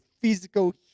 physical